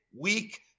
weak